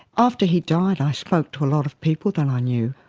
after he died i spoke to a lot of people that i knew.